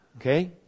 okay